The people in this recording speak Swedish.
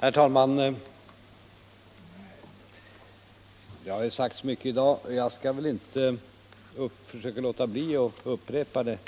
Fru talman! Det har sagts mycket i dag, och jag skall försöka undvika upprepningar.